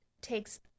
takes